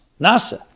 NASA